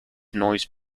noise